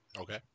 Okay